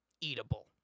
eatable